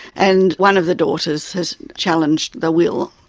and one of the daughters has challenged the will.